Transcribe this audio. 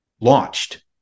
launched